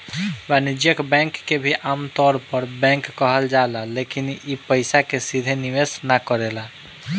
वाणिज्यिक बैंक के भी आमतौर पर बैंक कहल जाला लेकिन इ पइसा के सीधे निवेश ना करेला